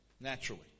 naturally